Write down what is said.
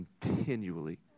continually